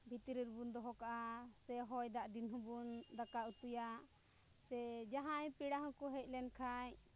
ᱵᱷᱤᱛᱨᱤ ᱨᱮᱵᱚᱱ ᱫᱚᱦᱚ ᱠᱟᱜᱼᱟ ᱥᱮ ᱦᱚᱭ ᱫᱟᱜ ᱫᱤᱱ ᱦᱚᱸᱵᱚᱱ ᱫᱟᱠᱟ ᱩᱛᱩᱭᱟ ᱥᱮ ᱡᱟᱦᱟᱸᱭ ᱯᱮᱲᱟ ᱦᱚᱸᱠᱚ ᱦᱮᱡ ᱞᱮᱱᱠᱷᱟᱡ